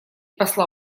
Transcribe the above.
посла